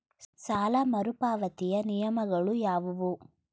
ಸಾಲ ಮರುಪಾವತಿಯ ನಿಯಮಗಳು ಯಾವುವು?